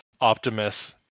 Optimus